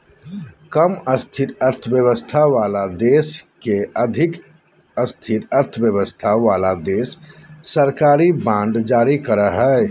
कम स्थिर अर्थव्यवस्था वाला देश के अधिक स्थिर अर्थव्यवस्था वाला देश सरकारी बांड जारी करो हय